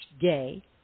day